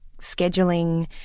scheduling